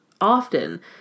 often